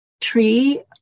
tree